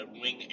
wing